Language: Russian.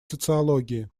социологии